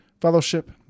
Fellowship